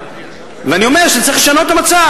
ואני אומר שצריך לשנות את המצב.